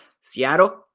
seattle